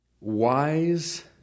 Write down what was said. wise